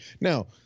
Now